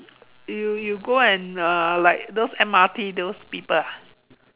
you you go and uh like those M_R_T those people ah